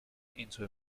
into